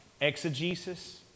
Exegesis